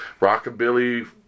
rockabilly